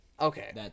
Okay